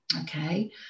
okay